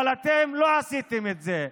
אבל אתם לא עשיתם את זה,